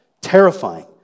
terrifying